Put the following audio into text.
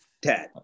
Tad